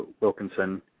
Wilkinson